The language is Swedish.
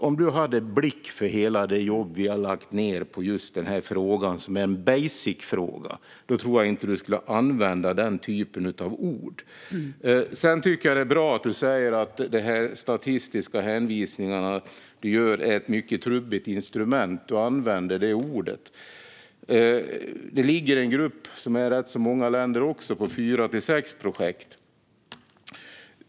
Om du hade blick för hela det jobb vi har lagt ned på just denna fråga, som är en basic fråga, tror jag inte att du skulle använda den typen av ord. Sedan tycker jag att det är bra att du säger att de statistiska hänvisningar du gör är ett mycket trubbigt instrument. Du använder det ordet. Det finns också en grupp med rätt många länder i fyra till sex projekt.